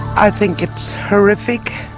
i think it's horrific.